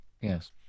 Yes